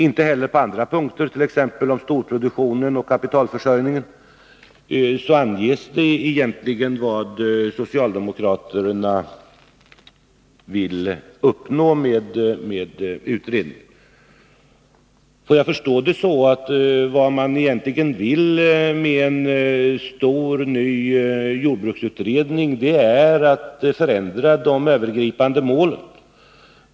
Inte heller på andra punkter, t.ex. storproduktionen och kapitalförsörjningen, anges vad socialdemokraterna egentligen vill uppnå med utredningen. Får jag förstå det så att vad man egentligen vill med en stor, ny jordbruksutredning är att förändra de övergripande målen?